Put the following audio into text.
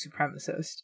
supremacist